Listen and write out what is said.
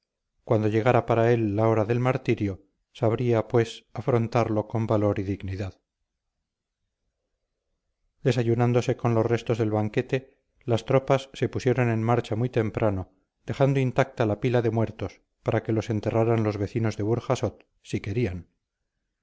cuando llegara para él la hora del martirio sabría pues afrontarlo con valor y dignidad desayunándose con los restos del banquete las tropas se pusieron en marcha muy temprano dejando intacta la pila de muertos para que los enterraran los vecinos de burjasot si querían